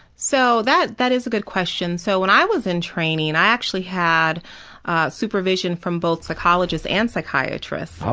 so that that is a good question, so when i was in training, and i actually had supervision from both psychologist and psychiatrist.